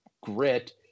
grit